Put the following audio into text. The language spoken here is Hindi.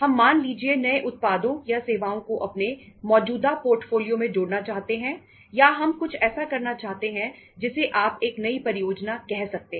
हम मान लीजिए नए उत्पादों या सेवाओं को अपने मौजूदा पोर्टफोलियो में जोड़ना चाहते हैं या हम कुछ ऐसा करना चाहते हैं जिसे आप एक नई परियोजना कह सकते हैं